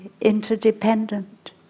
interdependent